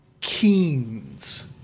keens